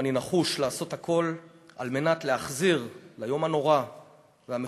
אני נחוש לעשות הכול על מנת להחזיר ליום הנורא והמכובד